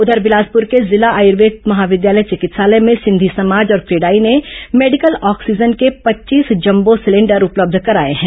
उधर बिलासपुर के जिला आयुर्वेद महाविद्यालय चिकित्सालय में सिंधी समाज और क्रेडाई ने मेडिकल ऑक्सीजन के पच्चीस जम्बो सिलेंडर उपलब्ध कराए हैं